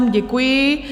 Děkuji.